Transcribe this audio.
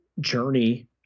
journey